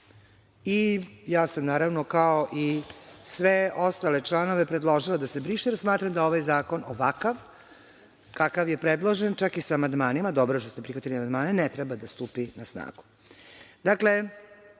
Ja sam kao i sve ostale članove predložila da se briše, jer smatram ovaj zakon ovakav kakav je predložen, čak i sa amandmanima, dobro je što ste prihvatili amandmane, ne treba da stupi na snagu. Dakle,